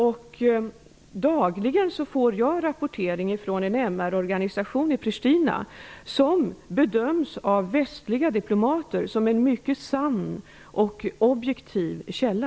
Och dagligen får jag rapportering från en MR-organisation i Pri tina, en organisation som av västliga diplomater bedöms som en mycket sann och objektiv källa.